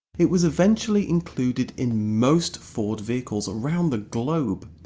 it was eventually included in most ford vehicles around the globe.